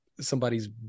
somebody's